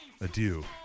adieu